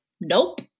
nope